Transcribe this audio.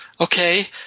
okay